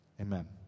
Amen